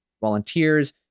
volunteers